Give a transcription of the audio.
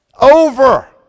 over